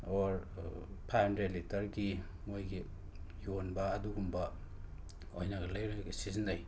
or five hundred ꯂꯤꯇꯔꯒꯤ ꯃꯣꯏꯒꯤ ꯌꯣꯟꯕ ꯑꯗꯨꯒꯨꯝꯕ ꯑꯣꯏꯅ ꯂꯩꯔꯒ ꯁꯤꯖꯤꯟꯅꯩ